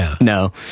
no